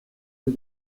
que